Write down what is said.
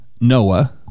Noah